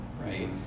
right